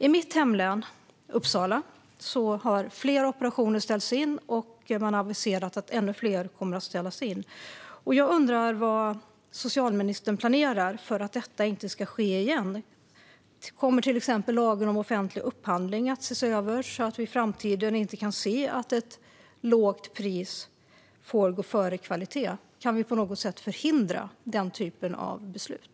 I mitt hemlän Uppsala har flera operationer ställts in, och man har aviserat att ännu fler kommer att ställas in. Jag undrar vad socialministern planerar för att detta inte ska ske igen. Kommer till exempel lagen om offentlig upphandling att ses över, så att vi i framtiden inte kan se att ett lågt pris får gå före kvalitet? Kan vi på något sätt förhindra denna typ av beslut?